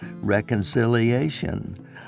reconciliation